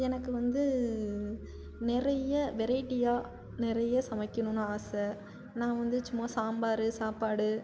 எனக்கு வந்து நிறைய வெரைட்டியாக நிறைய சமைக்கணுன்னு ஆசை நான் வந்து சும்மா சாம்பார் சாப்பாடு